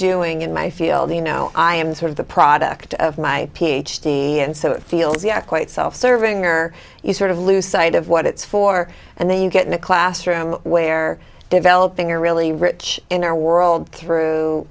doing in my field you know i am sort of the product of my ph d and so it feels quite self serving or you sort of lose sight of what it's for and then you get in a classroom where developing a really rich inner world through